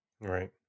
Right